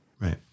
right